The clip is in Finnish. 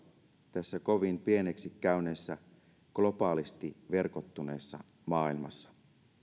tässä kovin pieneksi käyneessä globaalisti verkottuneessa maailmassa